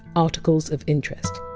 articles of interest.